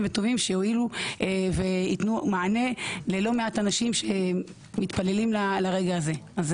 וטובים ויועילו ויתנו מענה ללא מעט אנשים שמתפללים לרגע הזה.